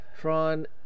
Tron